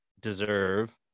deserve